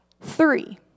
Three